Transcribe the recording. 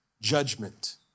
judgment